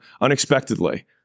unexpectedly